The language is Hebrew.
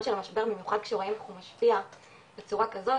של המשבר במיוחד שרואים איך הוא משפיע בצורה כזאת,